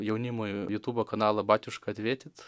jaunimui jutūbo kanalą batiuška atvietit